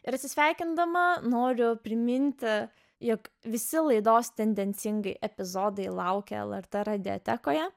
ir atsisveikindama noriu priminti juk visi laidos tendencingai epizodai laukia lrt radiotekoje